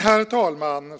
Herr talman!